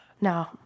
No